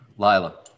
Lila